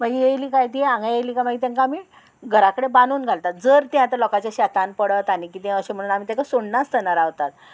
मागीर येयली काय ती हांगा येयली काय मागीर तांकां आमी घरा कडेन बांदून घालतात जर तें आतां लोकांच्या शेतान पडत आनी किदें अशें म्हणून आमी ताका सोडनासतना रावतात